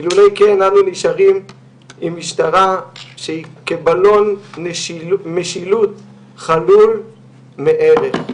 אילולא כן אנו נשארים עם משטרה שהיא כבלון משילות חלול מערך.